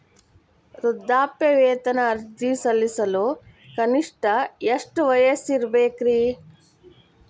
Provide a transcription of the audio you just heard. ವೃದ್ಧಾಪ್ಯವೇತನ ಅರ್ಜಿ ಸಲ್ಲಿಸಲು ಕನಿಷ್ಟ ಎಷ್ಟು ವಯಸ್ಸಿರಬೇಕ್ರಿ?